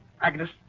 Agnes